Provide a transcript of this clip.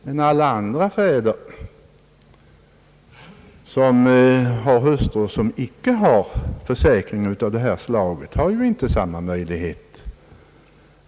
Men alla andra fäder, vars hustrur icke har försäkring av detta slag, har ju inte samma möjlighet.